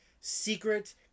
secret